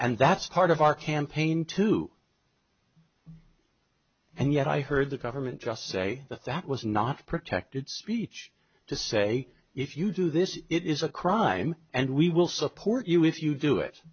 and that's part of our campaign too and yet i heard the government just say that that was not protected speech to say if you do this it is a crime and we will support you if you do it